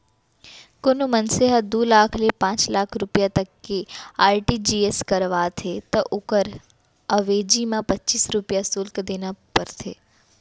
कोनों मनसे ह दू लाख ले पांच लाख रूपिया तक के आर.टी.जी.एस करावत हे त ओकर अवेजी म पच्चीस रूपया सुल्क देना परथे